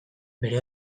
bere